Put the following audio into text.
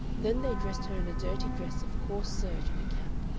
then they dressed her in a dirty dress of coarse serge and a cap,